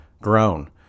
grown